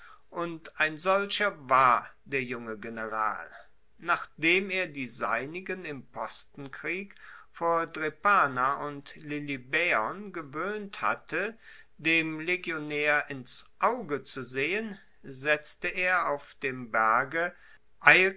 und ein solcher war der junge general nachdem er die seinigen im postenkrieg vor drepana und lilybaeon gewoehnt hatte dem legionaer ins auge zu sehen setzte er auf dem berge